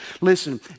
Listen